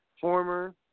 former